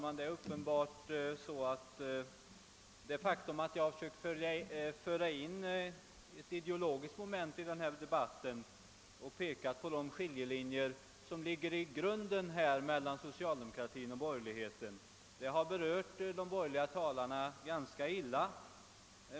Herr talman! Det faktum att jag försökt föra in ett ideologiskt moment i den här debatten och pekat på de grundläggande skillnader som finns mellan socialdemokratin och borgerligheten har berört de borgerliga talarna illa.